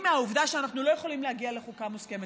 מהעובדה שאנחנו לא יכולים להגיע לחוקה מוסכמת,